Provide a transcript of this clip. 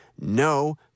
No